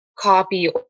Copy